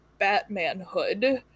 batmanhood